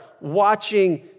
watching